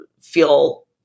feel